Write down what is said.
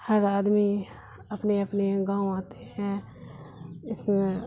ہر آدمی اپنے اپنے گاؤں آتے ہیں اس میں